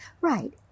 Right